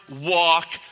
walk